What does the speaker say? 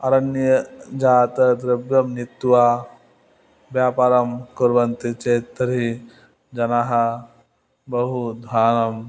अरण्य जातं द्रव्यं नीत्वा व्यापारं कुर्वन्ति चेत् तर्हि जनाः बहु धान्यम्